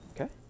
Okay